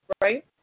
right